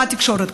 מה התקשורת,